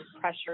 pressure